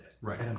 Right